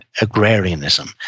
agrarianism